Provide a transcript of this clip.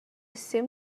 seem